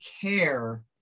care